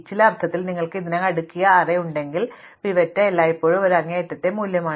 ചില അർത്ഥത്തിൽ നിങ്ങൾക്ക് ഇതിനകം അടുക്കിയ അറേ ഉണ്ടെങ്കിൽ പിവറ്റ് എല്ലായ്പ്പോഴും ഒരു അങ്ങേയറ്റത്തെ മൂല്യങ്ങളാണ്